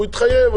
שהוא יתחייב,